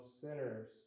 sinners